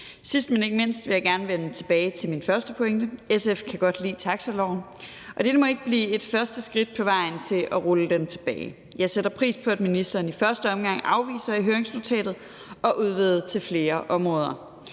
Sidst, men ikke mindst, vil jeg gerne vende tilbage til min første pointe: SF kan godt lide taxiloven, og dette må ikke blive et første skridt på vejen til at rulle den tilbage. Jeg sætter pris på, at ministeren i første omgang i høringsnotatet afviser at udvide dette til flere områder.